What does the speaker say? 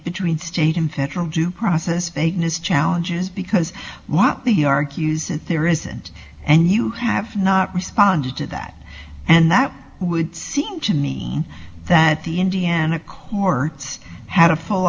between state and federal do process vagueness challenges because what the argues that there isn't and you have not responded to that and that would seem to me that the indiana courts have a full